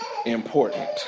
important